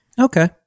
Okay